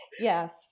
yes